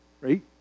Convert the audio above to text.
right